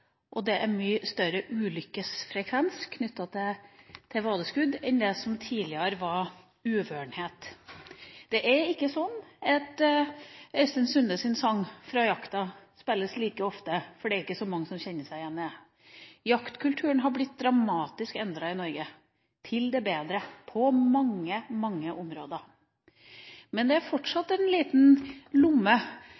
er ikke sånn at Øystein Sundes sang om jakta spilles like ofte, for det er ikke så mange som kjenner seg igjen i den sangen. Jaktkulturen har blitt dramatisk endret i Norge – til det bedre, på mange, mange områder. Men det er